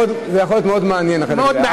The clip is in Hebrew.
זה יכול להיות מאוד מעניין, החלק הזה.